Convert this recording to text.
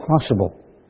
possible